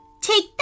Take